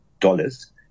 dollars